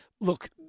look